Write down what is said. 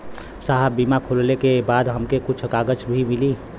साहब बीमा खुलले के बाद हमके कुछ कागज भी मिली?